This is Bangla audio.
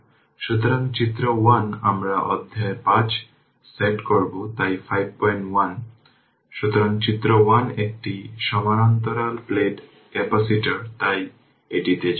সুতরাং চিত্র 1 আমরা অধ্যায় 5 সেট করব তাই 51 সুতরাং চিত্র 1 একটি সমান্তরাল প্লেট ক্যাপাসিটর তাই এটিতে যান